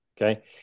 okay